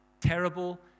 terrible